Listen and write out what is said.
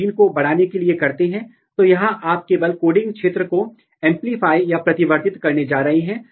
फिर से बहुत सारी तकनीकें उपलब्ध हैं लेकिन उनमें से कुछ पर मैं यहाँ चर्चा कर रहा हूँ